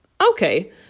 Okay